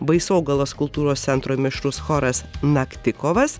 baisogalos kultūros centro mišrus choras naktikovas